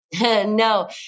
No